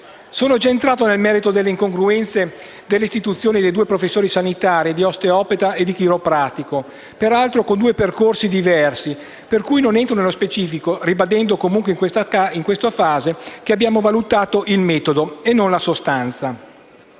Sono già entrato nel merito delle incongruenze dell'istituzione delle due professioni sanitarie di osteopata e di chiropratico, peraltro con due percorsi diversi, per cui non entro nello specifico, ribadendo comunque, in questa fase, che abbiamo valutato il metodo e non la sostanza.